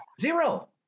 Zero